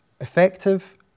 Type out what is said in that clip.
effective